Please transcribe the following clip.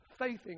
Faithing